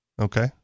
Okay